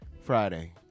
Friday